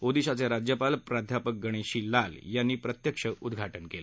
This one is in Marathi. ओडिशाचे राज्यपाल प्राध्यापक गणेशी लाल यांनी प्रत्यक्ष उद्घाटन केलं